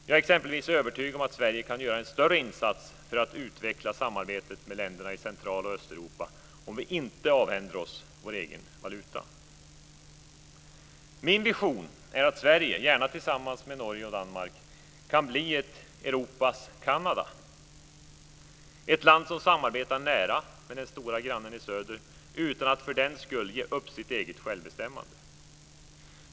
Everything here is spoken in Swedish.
Jag är exempelvis övertygad om att Sverige kan göra en större insats för att utveckla samarbetet med länderna i Central och Östeuropa om vi inte avhänder oss vår egen valuta. Min vision är att Sverige, gärna tillsammans med Norge och Danmark, kan bli ett Europas Kanada, ett land som samarbetar nära med den stora grannen i söder utan att för den skull ge upp sitt eget självbestämmande.